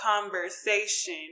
conversation